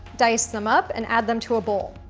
dice them up and add them to a bowl.